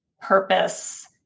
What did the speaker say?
purpose